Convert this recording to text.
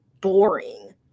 boring